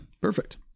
Perfect